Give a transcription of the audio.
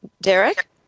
Derek